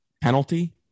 Penalty